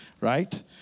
Right